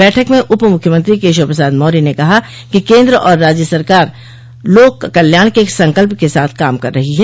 बैठक में उप मुख्यमंत्री केशव प्रसाद मौर्य ने कहा कि केन्द्र और राज्य सरकार लोक कल्याण के संकल्प के साथ काम कर रही है